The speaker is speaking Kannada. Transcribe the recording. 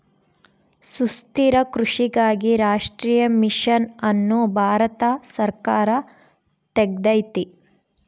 ಸುಸ್ಥಿರ ಕೃಷಿಗಾಗಿ ರಾಷ್ಟ್ರೀಯ ಮಿಷನ್ ಅನ್ನು ಭಾರತ ಸರ್ಕಾರ ತೆಗ್ದೈತೀ